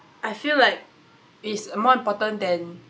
I feel like its more important than